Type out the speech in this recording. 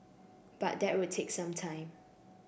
but that will take some time